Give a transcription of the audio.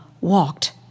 walked